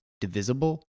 divisible